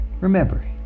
remember